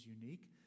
unique